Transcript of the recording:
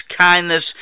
kindness